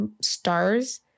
stars